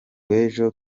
w’ejo